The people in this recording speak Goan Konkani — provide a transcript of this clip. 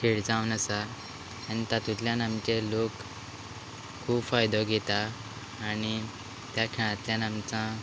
खेळ जावन आसा आनी तातुंतल्यान आमचे लोक खूब फायदो घेता आनी त्या खेळांतल्यान आमकां